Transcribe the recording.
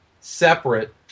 separate